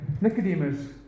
Nicodemus